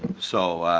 so